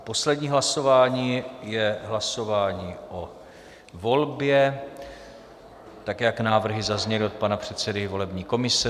Poslední hlasování je hlasování o volbě, tak jak návrhy zazněly od pana předsedy volební komise.